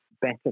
better